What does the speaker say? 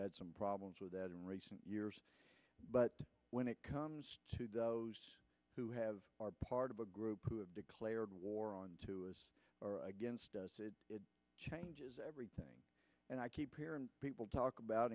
had some problems with that in recent years but when it comes to those who have are part of a group who have declared war on or against it it changes everything and i keep hearing people talk about